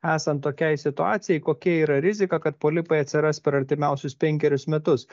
esant tokiai situacijai kokia yra rizika kad polipai atsiras per artimiausius penkerius metus